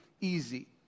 easy